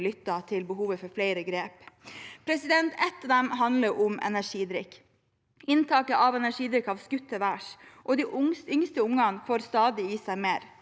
lyttet til behovet for flere grep. Ett av dem handler om energidrikk. Inntaket av energidrikk har skutt til værs, og de yngste ungene får stadig i seg mer.